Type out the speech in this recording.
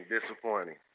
Disappointing